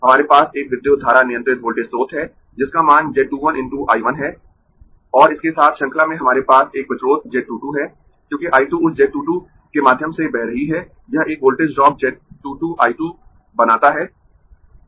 हमारे पास एक विद्युत धारा नियंत्रित वोल्टेज स्रोत है जिसका मान z 2 1 × I 1 है और इसके साथ श्रृंखला में हमारे पास एक प्रतिरोध z 2 2 है क्योंकि I 2 उस z 2 2 के माध्यम से बह रही है यह एक वोल्टेज ड्रॉप z 2 2 I 2 बनाता है